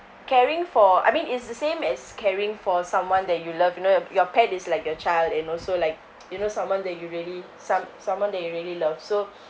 caring for I mean it's the same as caring for someone that you love you know your your pet is like your child and also like you know someone that you really some someone that you really love so